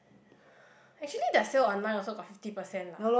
actually their sale online also got fifty percent lah